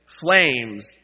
flames